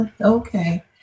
okay